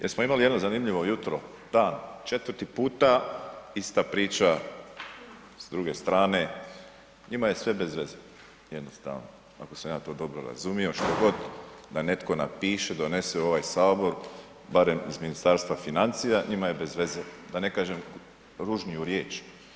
Jesmo imali jedno zanimljivo jutro, dan, 4.-ti puta ista priča s druge strane, njima je sve bezveze, jednostavno ako sam ja to dobro razumio, što god da netko napiše, donese u ovaj Sabor, barem iz Ministarstva financija njima je bezveze, da ne kažem ružniju riječ.